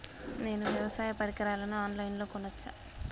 నేను వ్యవసాయ పరికరాలను ఆన్ లైన్ లో కొనచ్చా?